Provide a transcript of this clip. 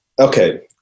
Okay